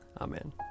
Amen